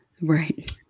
Right